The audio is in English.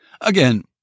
Again